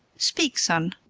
speak, son.